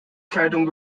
kleidung